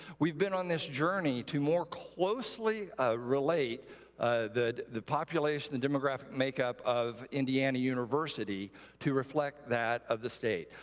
we've been on this journey to more closely relate the the population, the demographic makeup of indiana university to reflect that of the state.